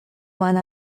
one